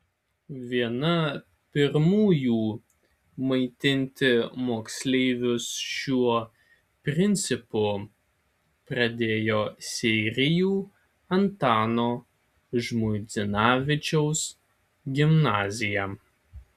viena pirmųjų maitinti moksleivius šiuo principu pradėjo seirijų antano žmuidzinavičiaus gimnazija